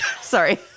Sorry